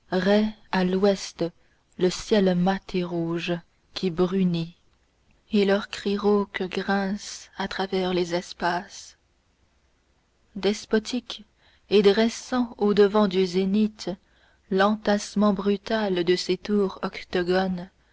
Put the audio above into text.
à l'ouest le ciel mat et rouge qui brunit et leur cri rauque grince à travers les espaces despotique et dressant au-devant du zénith l'entassement brutal de ses tours